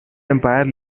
empire